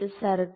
52 mm a O